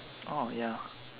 oh ya